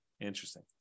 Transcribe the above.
interesting